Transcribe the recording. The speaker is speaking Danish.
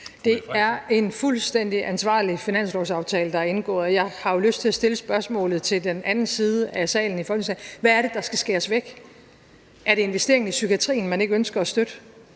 Det er en fuldstændig ansvarlig finanslovsaftale, der er indgået, og jeg har jo lyst til at stille spørgsmålet til den anden side af Folketingssalen: Hvad er det, der skal skæres væk? Er det investeringen i psykiatrien, man ikke ønsker at støtte?